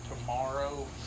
tomorrow